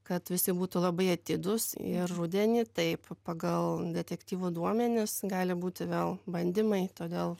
kad visi būtų labai atidūs ir rudenį taip pagal detektyvo duomenis gali būti vėl bandymai todėl